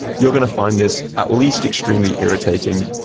you are going to find this at least extremely irritating,